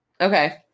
Okay